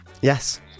yes